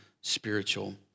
spiritual